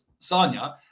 Sanya